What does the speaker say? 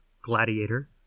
gladiator